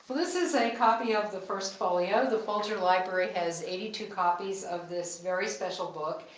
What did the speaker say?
this is a copy of the first folio. the folger library has eighty two copies of this very special book.